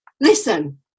listen